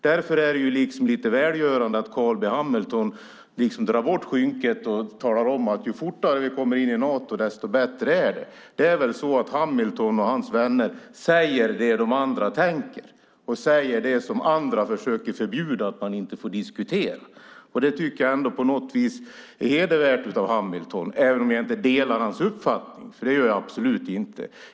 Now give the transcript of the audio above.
Därför är det välgörande att Carl B Hamilton drar undan skynket och talar om att ju fortare vi kommer in i Nato desto bättre är det. Hamilton och hans vänner tycks säga det som de andra tänker, och de säger också sådant som andra försöker förbjuda att man diskuterar. Det tycker jag är hedervärt av Hamilton, även om jag inte delar hans uppfattning, för det gör jag absolut inte.